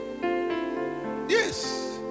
yes